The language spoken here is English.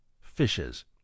Fishes